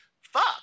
fuck